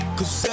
Cause